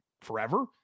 forever